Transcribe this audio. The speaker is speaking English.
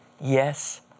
yes